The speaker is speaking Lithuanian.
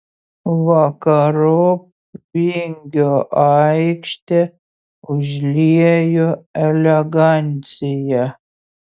vakarop vingio aikštę užliejo elegancija